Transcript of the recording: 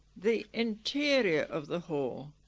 the interior of the hall.